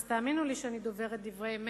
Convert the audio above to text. האמינו לי שאני דוברת דברי אמת,